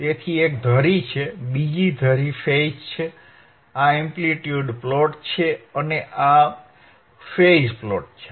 તેથી એક ધરી છે બીજી ધરી ફેઝ છે આ એમ્પ્લીટ્યુડ પ્લોટ છે અને આ ફેઝ પ્લોટ છે